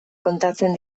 kontatzen